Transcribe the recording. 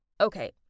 Okay